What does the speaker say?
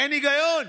אין היגיון.